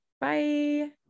Bye